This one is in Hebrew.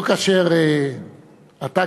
לא כאשר אתה,